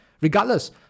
Regardless